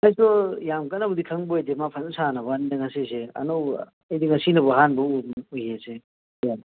ꯑꯩꯈꯣꯏꯁꯨ ꯌꯥꯝ ꯀꯟꯅꯕꯨꯗꯤ ꯈꯪꯕ ꯑꯣꯏꯗꯦ ꯃꯥ ꯐꯖꯅ ꯁꯥꯟꯅꯕ ꯋꯥꯅꯤꯗ ꯉꯁꯤꯁꯦ ꯑꯅꯧꯕ ꯑꯩꯗꯤ ꯉꯁꯤꯅꯕꯨ ꯑꯍꯥꯟꯕ ꯎꯏꯌꯦ